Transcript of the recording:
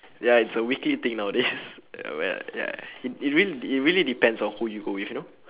ya it's a weekly thing nowadays oh ya ya it it really it really depends on who you go with you know